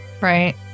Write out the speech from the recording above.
right